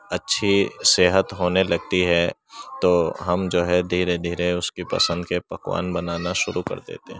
اچھی صحت ہونے لگتی ہے تو ہم جو ہے دھیرے دھیرے اس کی پسند کے پکوان بنانا شروع کر دیتے ہیں